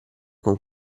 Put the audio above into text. con